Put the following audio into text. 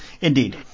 Indeed